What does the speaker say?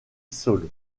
sall